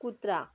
कुत्रा